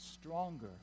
stronger